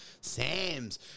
Sams